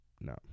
No